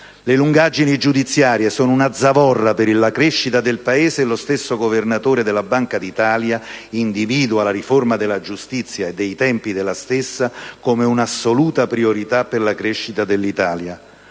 Le lungaggini giudiziarie sono una zavorra per la crescita del Paese e lo stesso Governatore della Banca d'Italia, nella sua ultima relazione, individua la riforma della giustizia e dei tempi della stessa come un'assoluta priorità per la crescita dell'Italia.